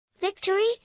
Victory